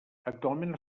actualment